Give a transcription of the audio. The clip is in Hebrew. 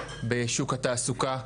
בשוק התעסוקה,